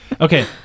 Okay